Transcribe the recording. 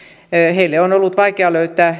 heille on ollut vaikea löytää